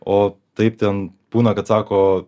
o taip ten būna kad sako